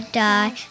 die